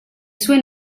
sue